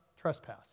Trespass